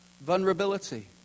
vulnerability